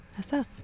SF